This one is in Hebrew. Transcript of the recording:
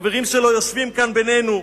חברים שלו יושבים כאן בינינו.